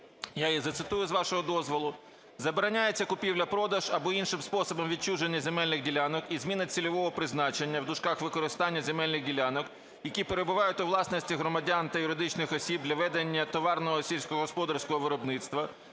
Я її зацитую з вашого дозволу: